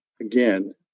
again